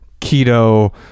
keto